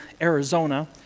Arizona